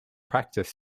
practice